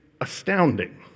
astounding